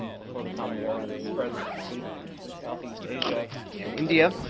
before the common ear, and it spread to southeast asia and india.